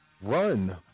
run